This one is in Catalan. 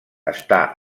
està